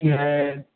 ये है